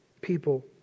people